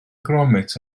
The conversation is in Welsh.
gromit